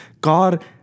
God